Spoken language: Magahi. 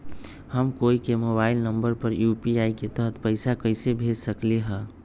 हम कोई के मोबाइल नंबर पर यू.पी.आई के तहत पईसा कईसे भेज सकली ह?